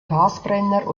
gasbrenner